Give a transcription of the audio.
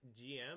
gm